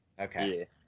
okay